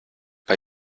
bei